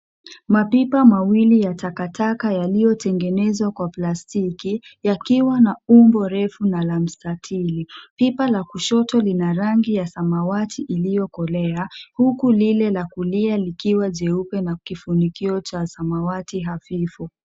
Mapipa mawili ya takataka yaliyotengenezwa kwa plastiki yakiwa na umbo refu na la mstatili. Pipa la kushoto lina rangi ya samawati iliyokolea huku lile la kulia likiwa jeupe na kifunikio cha samawati hafifu.